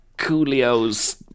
Coolio's